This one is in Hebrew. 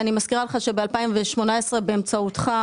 אני מזכירה לך שב-2018 הצלחנו באמצעותך,